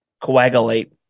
coagulate